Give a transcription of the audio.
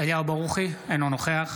אינו נוכח